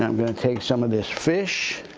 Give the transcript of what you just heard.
um gonna take some of this fish